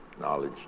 knowledge